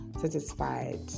satisfied